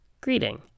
greeting